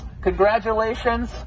Congratulations